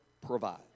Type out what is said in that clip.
provide